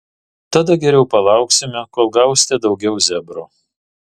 tada geriau palauksime kol gausite daugiau zebro